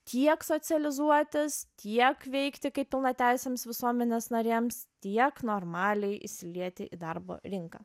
tiek socializuotis tiek veikti kaip pilnateisėms visuomenės narėms tiek normaliai įsilieti į darbo rinką